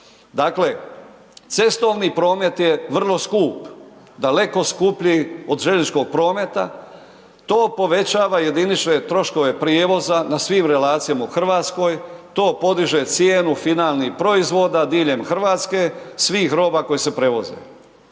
Dakle, cestovni promet je vrlo skup. Daleko skuplji od željezničkog prometa. To povećava jedinične troškove prijevoza na svim relacijama u Hrvatskoj, to podiže cijenu finalnih proizvoda diljem Hrvatske svih roba koje se prevoze.